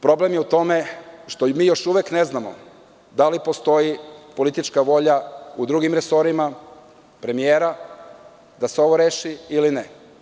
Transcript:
Problem je u tome što mi još uvek ne znamo da li postoji politička volja u drugim resorima premijera da se ovo reši ili ne?